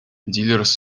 dealers